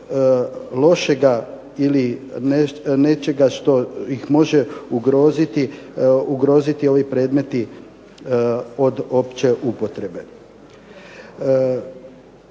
lošega ili nečega što ih može ugroziti ovi predmeti od opće upotrebe.